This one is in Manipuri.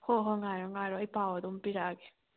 ꯍꯣꯏ ꯍꯣꯏ ꯉꯥꯏꯔꯣ ꯉꯥꯏꯔꯣ ꯑꯩ ꯄꯥꯎ ꯑꯗꯨꯝ ꯄꯤꯔꯛꯑꯒꯦ